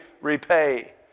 repay